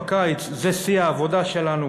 בקיץ זה שיא העבודה שלנו.